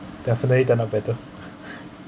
definitely turn out better